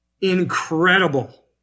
incredible